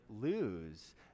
lose